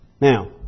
Now